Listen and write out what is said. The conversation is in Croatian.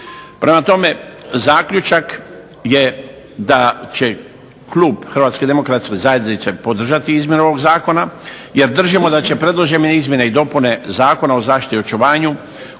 Prema tome, zaključak je da će klub Hrvatske demokratske zajednice podržati izmjene ovog zakona jer držimo da će predložene izmjene i dopune Zakona o zaštiti i očuvanju